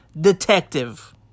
detective